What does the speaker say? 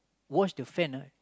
wash the fan ah